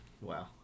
wow